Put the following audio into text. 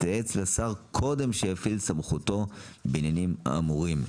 תייעץ לשר קודם שיפעיל סמכותו בעניינים האמורים.